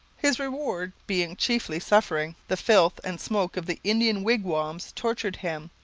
his reward being chiefly suffering. the filth and smoke of the indian wigwams tortured him,